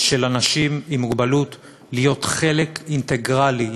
של אנשים עם מוגבלות להיות חלק אינטגרלי,